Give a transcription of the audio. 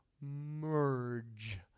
merge